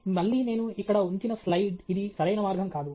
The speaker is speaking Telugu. మళ్ళీ నేను ఇక్కడ ఉంచిన స్లైడ్ ఇది సరైన మార్గం కాదు